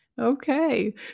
Okay